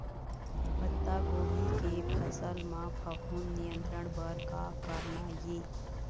पत्तागोभी के फसल म फफूंद नियंत्रण बर का करना ये?